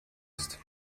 ist